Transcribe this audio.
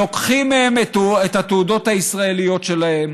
לוקחים מהם את התעודות הישראליות שלהם.